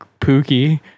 pookie